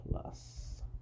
Plus